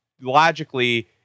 logically